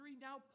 now